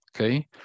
okay